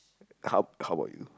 how how about you